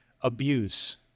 abuse